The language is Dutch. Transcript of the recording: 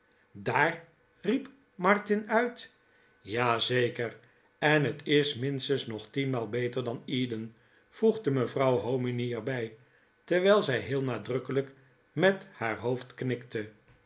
daar riep martin uit r ja zeker en het is minstens nog tien maal beter dan eden voegde mevrouw hominy er bij terwijl zij heel nadrukkelijk met naar hoofd knikte